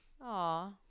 Aw